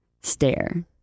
stare